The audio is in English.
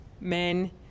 men